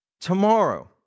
tomorrow